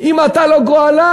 אם אתה לא גואלם,